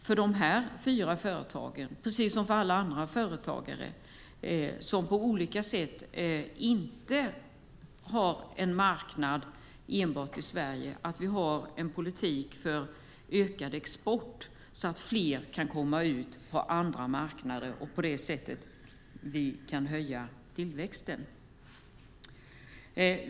För dessa fyra företagare, liksom för alla andra företagare som inte har en marknad enbart i Sverige är det viktigt att vi har en politik för ökad export så att fler kan komma ut på andra marknader så att vi kan öka tillväxten.